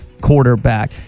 quarterback